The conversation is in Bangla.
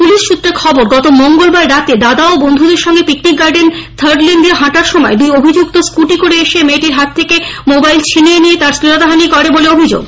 পুলিশ সূত্রে খবর গত মঙ্গলবার রাতে যখন দাদা বন্ধুদের সঙ্গে পিকনিক গার্ডেন থার্ড লেন দিয়ে হাঁটার সময়ে দুই অভিযুক্ত স্কুটি করে এসে মেয়টির হাত থেকে মোবাইল ছিনিয়ে নিয়েতার শ্লীলতাহানি করে বলে অভিযোগ